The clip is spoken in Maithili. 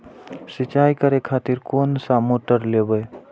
सीचाई करें खातिर कोन सा मोटर लेबे?